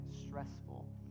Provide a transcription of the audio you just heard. stressful